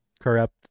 corrupt